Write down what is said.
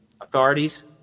authorities